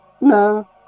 No